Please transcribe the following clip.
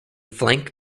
flank